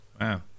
wow